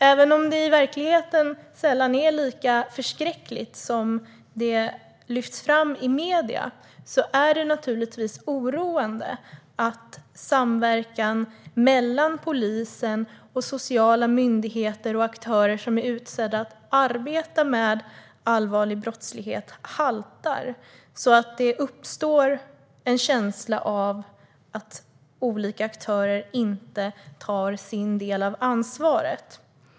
Även om det i verkligheten sällan är lika förskräckligt som det lyfts fram i medierna är det naturligtvis oroande att samverkan mellan polisen, sociala myndigheter och aktörer som är utsedda att arbeta med allvarlig brottslighet haltar så att det uppstår en känsla av att olika aktörer inte tar sin del av ansvaret.